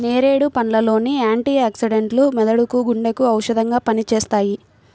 నేరేడు పండ్ల లోని యాంటీ ఆక్సిడెంట్లు మెదడుకు, గుండెకు ఔషధంగా పనిచేస్తాయి